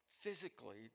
physically